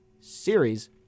Series